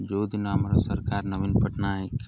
ଯେଉଁଦିନ ଆମର ସରକାର ନବୀନ ପଟ୍ଟନାୟକ